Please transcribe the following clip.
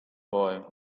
boy